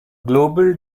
global